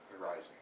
arising